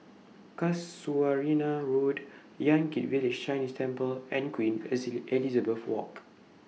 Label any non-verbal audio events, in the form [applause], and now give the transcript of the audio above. Casuarina Road Yan Kit Village Chinese Temple and Queen [unintelligible] Elizabeth Walk